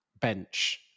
bench